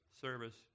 service